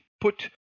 put